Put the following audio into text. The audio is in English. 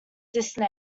dynasty